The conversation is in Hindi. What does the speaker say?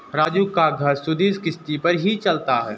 राजू का घर सुधि किश्ती पर ही चलता है